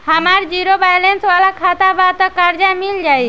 हमार zero balance वाला खाता बा त कर्जा मिल जायी?